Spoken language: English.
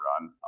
run